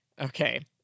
Okay